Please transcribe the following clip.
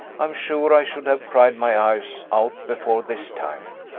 i'm sure i should have cried my eyes out before this time.